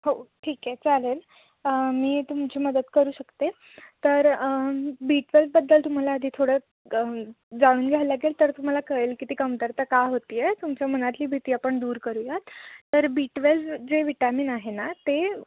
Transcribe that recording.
हो ठीक आहे चालेल मी तुमची मदत करू शकते तर बी ट्वेल्वबद्दल तुम्हाला आधी थोडं जाणून घ्यायला लागेल तर तुम्हाला कळेल की ती कमतरता का होते आहे तुमच्या मनातली भीती आपण दूर करूयात तर बी ट्वेल्व जे विटॅमिन आहे ना ते